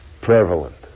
prevalent